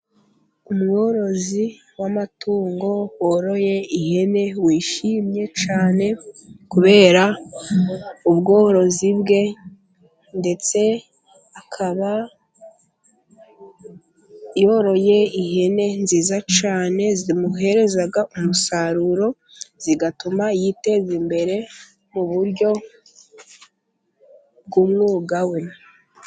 Umworozi w'amatungo woroye ihene, wishimye cyane kubera ubworozi bwe, ndetse akaba yoroye ihene nziza cyane zimuhereza umusaruro, zigatuma yiteza imbere mu buryo bw'umwuga we.